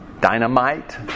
dynamite